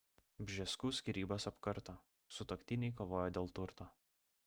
bžeskų skyrybos apkarto sutuoktiniai kovoja dėl turto